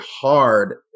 hard